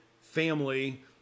family